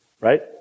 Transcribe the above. Right